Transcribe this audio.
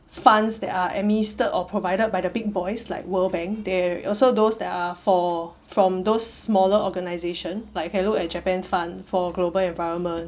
funds that are administered or provided by the big boys like world bank there also those that are for from those smaller organisation like you can look at japan fund for global environment